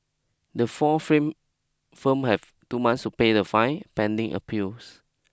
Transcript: the four frame firms have two month to pay the fine pending appeals